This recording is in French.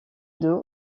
d’eau